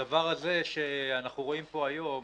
הדבר שאנחנו רואים פה היום,